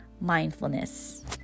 mindfulness